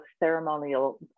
ceremonial